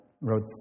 wrote